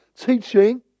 teaching